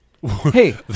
Hey